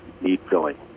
need-filling